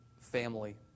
family